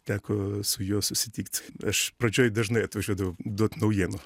teko su juo susitikt aš pradžioj dažnai atvažiuodavau duot naujienų